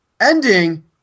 ending